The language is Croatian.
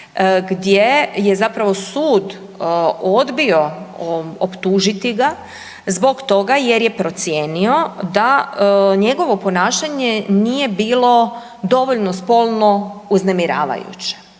gdje je zapravo sud odbio optužiti ga zbog toga jer je procijenio da njegovo ponašanje nije bilo dovoljno spolno uznemiravajuće.